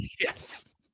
yes